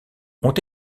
ont